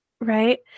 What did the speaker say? right